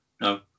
no